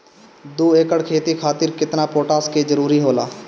दु एकड़ खेती खातिर केतना पोटाश के जरूरी होला?